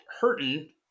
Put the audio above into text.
hurting